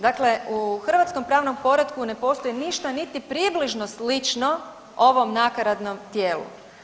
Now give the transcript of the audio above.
Dakle, u hrvatskom pravnom poretku ne postoji ništa niti približno slično ovom nakaradnom tijelu.